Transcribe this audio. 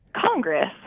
Congress